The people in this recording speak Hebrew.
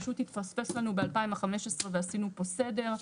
פשוט התפספס לנו ב-2015 ועשינו פה סדר.